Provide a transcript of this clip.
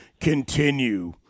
continue